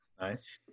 Nice